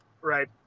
right